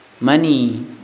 money